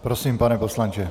Prosím, pane poslanče.